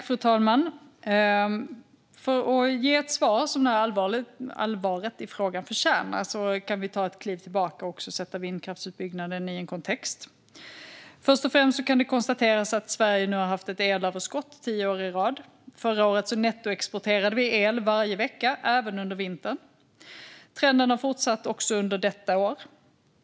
Fru talman! För att ge ett svar som allvaret i frågan förtjänar kan vi ta ett kliv tillbaka och sätta vindkraftsutbyggnaden i en kontext. Först och främst kan det konstateras att Sverige nu har haft ett elöverskott tio år i rad. Förra året nettoexporterade vi el varje vecka, även under vintern. Trenden har fortsatt också under detta år.